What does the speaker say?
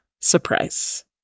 surprise